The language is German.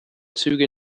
züge